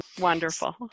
Wonderful